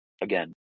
again